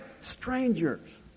strangers